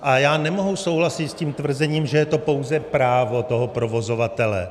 A já nemohu souhlasit s tvrzením, že je to pouze právo toho provozovatele.